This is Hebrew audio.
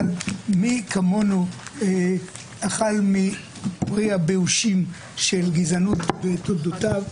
אבל מי כמונו אכל מפרי הבאושים של גזענות בתולדותיו,